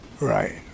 Right